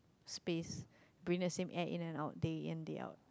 space breath the same air in the out day yet day out